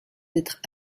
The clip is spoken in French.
d’être